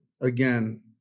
again